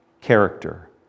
character